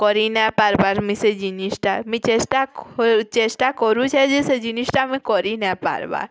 କରି ନାଇଁ ପାର୍ବାର୍ ମୁଇଁ ସେଇ ଜିନିଷ୍ଟା ମୁଇଁ ଚେଷ୍ଟା ଚେଷ୍ଟା କରୁଛେଁ ଯେ ସେ ଜିନିଷ୍ଟା ଆମେ କରି ନାଇଁପାର୍ବା